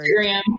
Instagram